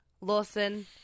Lawson